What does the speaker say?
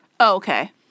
okay